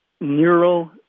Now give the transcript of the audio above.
neural